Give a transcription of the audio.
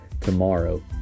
tomorrow